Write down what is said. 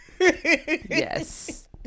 Yes